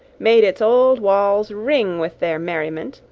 made its old walls ring with their merriment,